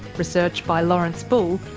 research by lawrence bull,